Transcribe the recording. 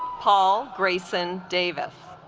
paul grayson davis